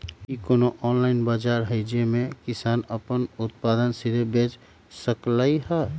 कि कोनो ऑनलाइन बाजार हइ जे में किसान अपन उत्पादन सीधे बेच सकलई ह?